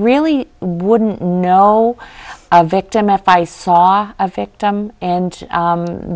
really wouldn't know a victim f i saw a victim and